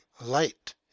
light